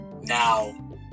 Now